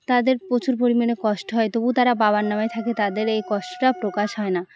তাদের প্রচুর পরিমাণে কষ্ট হয় তবুও তারা বাবার নামে থাকায় তাদের এই কষ্টটা প্রকাশ হয় না